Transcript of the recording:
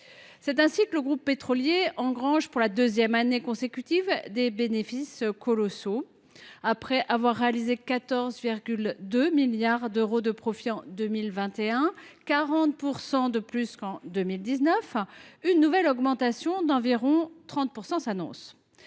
d’euros. Le groupe pétrolier engrange ainsi pour la deuxième année consécutive des bénéfices colossaux. Après avoir réalisé 14,2 milliards d’euros de profits en 2021, soit 40 % de plus qu’en 2019, une nouvelle augmentation s’annonce,